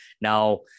Now